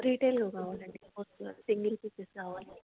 రిటైల్గా కావాలండి ఒకేసారి single pieces కావాలి